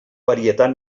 varietat